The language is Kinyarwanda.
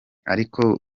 ariko